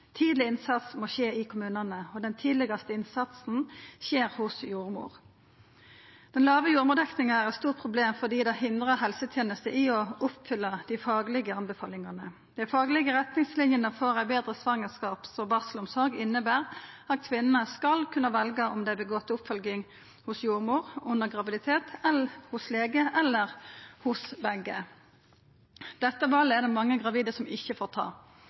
Tidleg innsats må skje i kommunane, og den tidlegaste innsatsen skjer hos jordmora. Den låge jordmordekninga er eit stort problem fordi det hindrar helsetenesta i å oppfylla dei faglege anbefalingane. Dei faglege retningslinjene for ei betre svangerskaps- og barselomsorg inneber at kvinner skal kunna velja om dei vil gå til oppfølging under graviditeten hos ei jordmor, hos lege eller hos begge. Dette valet er det mange gravide som ikkje får ta.